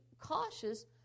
cautious